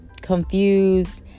confused